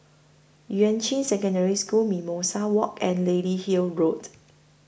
Yuan Ching Secondary School Mimosa Walk and Lady Hill Road